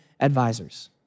advisors